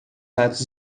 atos